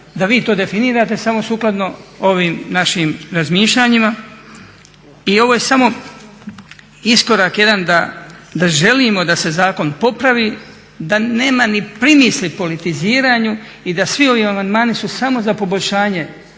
da vi to definirate samo sukladno ovim našim razmišljanjima. I ovo je samo iskorak jedan da želimo da se zakon popravi, da nema ni primisli politiziranju i da svi ovi amandmani su samo za poboljšanje.